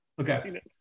Okay